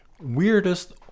weirdest